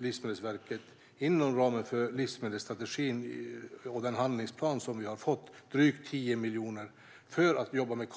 Livsmedelsverket har också, inom ramen för livsmedelsstrategin och handlingsplanen vi har fått, drygt 10 miljoner för att jobba med